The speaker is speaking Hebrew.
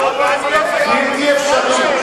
בלתי אפשרי.